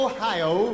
Ohio